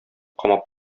камап